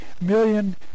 million